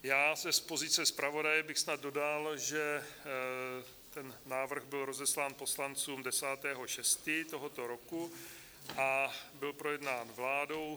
Já z pozice zpravodaje bych snad dodal, že ten návrh byl rozeslán poslancům 10. 6. tohoto roku a byl projednán vládou.